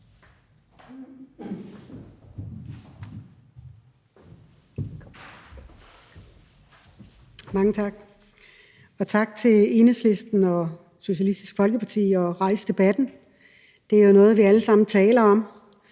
Mange tak, og tak til Enhedslisten og Socialistisk Folkeparti for at rejse debatten. Det er jo noget, vi alle sammen taler om,